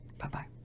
Bye-bye